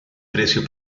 precio